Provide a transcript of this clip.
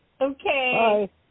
Okay